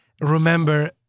remember